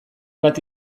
bat